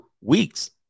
Weeks